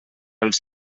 els